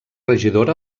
regidora